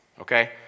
okay